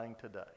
today